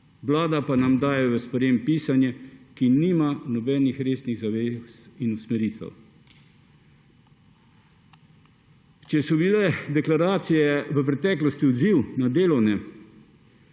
Vlada pa nam daje v sprejetje pisanje, ki nima nobenih resnih zavez in usmeritev. Če so bile deklaracije v preteklosti odziv na delovne